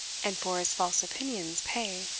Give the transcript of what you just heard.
and for his false opinions pay